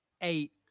eight